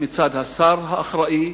מצד השר האחראי,